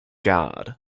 god